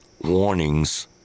warnings